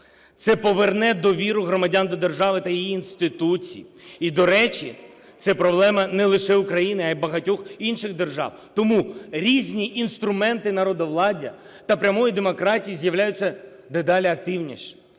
Це поверне довіру громадян до держави та її інституцій. І, до речі, це проблема не лише України, а й багатьох інших держав. Тому різні інструменти народовладдя та прямої демократії з'являються дедалі активніше.